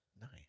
Nice